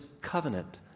covenant